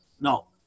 No